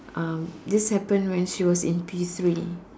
um this happen when she was in P three